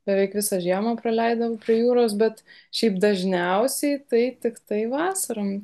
beveik visą žiemą praleidom prie jūros bet šiaip dažniausiai tai tiktai vasarą